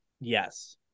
Yes